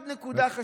עוד נקודה חשובה,